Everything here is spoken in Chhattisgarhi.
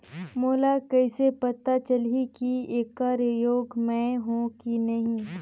मोला कइसे पता चलही की येकर योग्य मैं हों की नहीं?